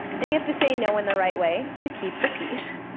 and you have to say no in the right way to keep the peace.